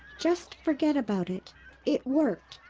just forget about it it worked.